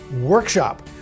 workshop